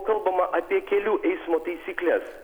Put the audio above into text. kalbama apie kelių eismo taisykles